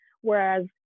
Whereas